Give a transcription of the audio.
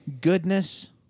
goodness